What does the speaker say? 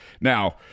Now